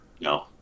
No